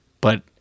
But-